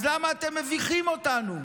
אז למה אתם מביכים אותנו?